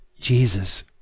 Jesus